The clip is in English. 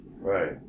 Right